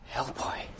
Hellboy